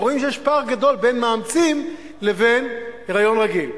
והם רואים שיש פער גדול בין מאמצים לבין היריון רגיל,